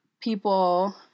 people